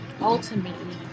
ultimately